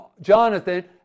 Jonathan